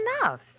enough